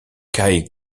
kai